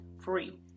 free